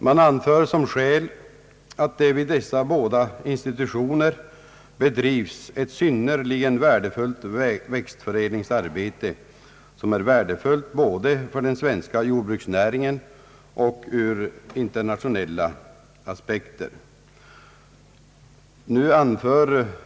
Man anför som skäl att det vid dessa båda institutioner bedrivs ett synnerligen värdefullt växtförädlingsarbete, som är värdefullt både ur den svenska jordbruksnäringens synpunkt och ur internationella aspekter.